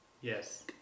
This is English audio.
Yes